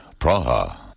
Praha